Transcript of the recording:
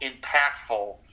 impactful